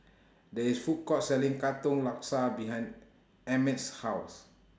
There IS A Food Court Selling Katong Laksa behind Emmet's House